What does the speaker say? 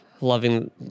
loving